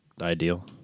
ideal